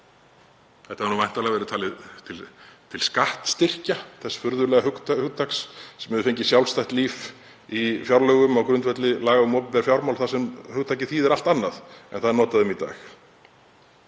Þetta hefur væntanlega verið talið til skattastyrkja, þess furðulega hugtaks sem fengið hefur sjálfstætt líf í fjárlögum á grundvelli laga um opinber fjármál þar sem hugtakið þýðir allt annað en það er notað um í dag.